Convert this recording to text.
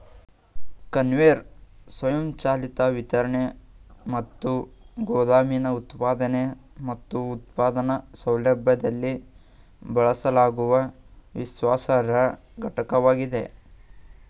conveyor ಸ್ವಯಂಚಾಲಿತ ವಿತರಣೆ ಮತ್ತು ಗೋದಾಮಿನ ಉತ್ಪಾದನೆ ಮತ್ತು ಉತ್ಪಾದನಾ ಸೌಲಭ್ಯದಲ್ಲಿ ಬಳಸಲಾಗುವ ವಿಶ್ವಾಸಾರ್ಹ ಘಟಕವಾಗಿದೆ